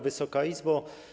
Wysoka Izbo!